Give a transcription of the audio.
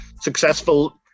successful